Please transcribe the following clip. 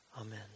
Amen